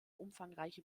umfangreiche